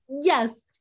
Yes